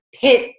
pit